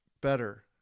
better